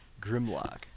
Grimlock